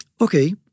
okay